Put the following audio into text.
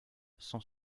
sans